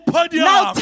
Now